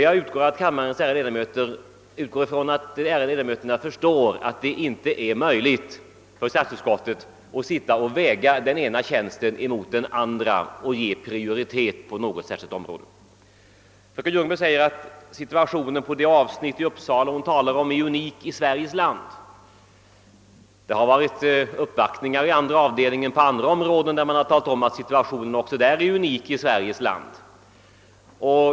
Jag utgår från att de ärade ledamöterna förstår att det inte är möjligt för statsutskottet att väga den ena tjänsten mot den andra och ge prioritet på något särskilt område. Fröken Ljungberg säger att situationen på det område i Uppsala som hon talar om är unik i Sveriges land. Det har varit uppvaktningar i andra avdelningen på andra områden där man sagt att situationen också där är unik i landet.